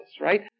right